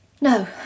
No